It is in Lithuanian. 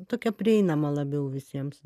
tokia prieinama labiau visiems